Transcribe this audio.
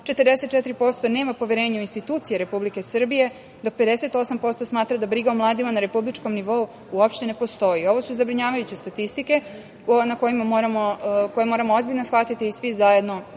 44% nema poverenja u institucije Republike Srbije, dok 58% smatra da briga o mladima na republičkom nivou uopšte ne postoji. Ovo su zabrinjavajuće statistike koje moramo ozbiljno shvatiti i svi zajedno